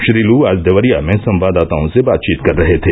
श्री लू आज देवरिया में संवाददाताओं से बातचीत कर रहे थे